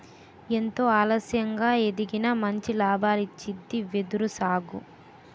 ఎంతో ఆలస్యంగా ఎదిగినా మంచి లాభాల్నిచ్చింది వెదురు సాగు